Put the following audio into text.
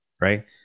Right